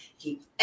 Keep